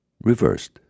reversed